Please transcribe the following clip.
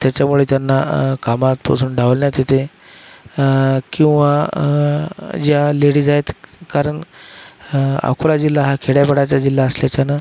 त्याच्यामुळे त्यांना कामातपासून डावलण्यात येते किंवा ज्या लेडीज आहेत कारण अकोला जिल्हा हा खेड्यापाड्याचा जिल्हा असल्याच्यानं